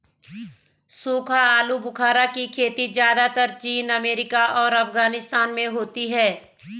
सूखा आलूबुखारा की खेती ज़्यादातर चीन अमेरिका और अफगानिस्तान में होती है